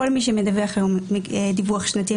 כל מי שמדווח היום דיווח שנתי,